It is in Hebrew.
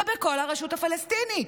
זה בכל הרשות הפלסטינית,